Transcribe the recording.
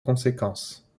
conséquence